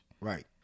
Right